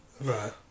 Right